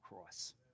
cross